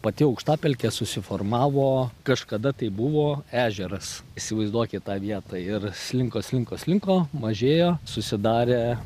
pati aukštapelkė susiformavo kažkada tai buvo ežeras įsivaizduokit tą vietą ir slinko slinko slinko mažėjo susidarė